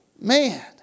Man